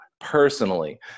personally